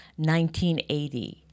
1980